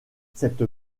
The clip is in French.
cette